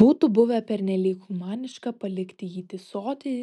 būtų buvę pernelyg humaniška palikti jį tįsoti